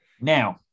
Now